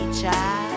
child